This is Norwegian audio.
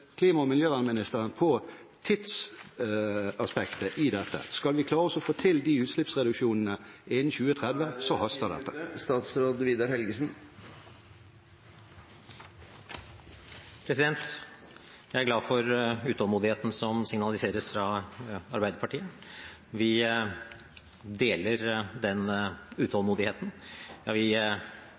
klima- og miljøministeren på tidsaspektet i dette? Skal vi klare å få til de utslippsreduksjonene innen 2030, haster det. Jeg er glad for utålmodigheten som signaliseres fra Arbeiderpartiet. Vi deler den utålmodigheten, ja vi